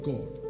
God